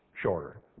shorter